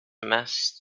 mess